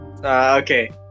Okay